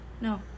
No